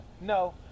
No